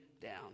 down